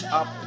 up